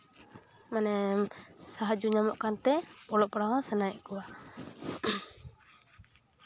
ᱢᱟᱱᱮ ᱥᱟᱦᱟᱡᱡᱚ ᱧᱟᱢᱚᱜ ᱠᱟᱱᱛᱮ ᱚᱞᱚᱜ ᱯᱟᱲᱦᱟᱜ ᱦᱚᱸ ᱥᱟᱱᱟᱭᱮᱫ ᱠᱚᱣᱟ